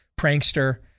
prankster